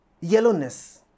yellowness